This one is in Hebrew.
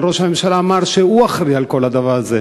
אבל ראש הממשלה אמר שהוא אחראי לכל הדבר הזה.